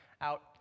out